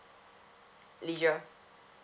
leisure